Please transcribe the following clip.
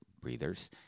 breathers